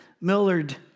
Millard